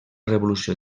revolució